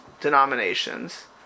denominations